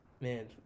man